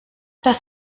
das